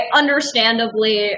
understandably